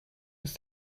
ist